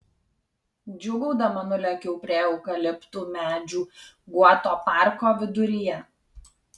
džiūgaudama nulėkiau prie eukaliptų medžių guoto parko viduryje